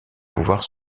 pouvoir